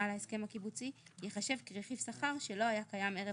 על ההסכם הקיבוצי' ייחשב כרכיב שכר שלא היה קיים ערב